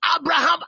Abraham